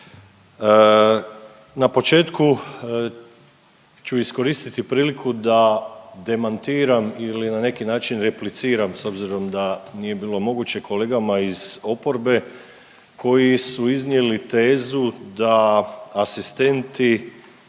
Na početku ću iskoristiti priliku da demantiram ili na neki način repliciram s obzirom da nije bilo moguće kolegama iz oporbe koji su iznijeli tezu da asistenti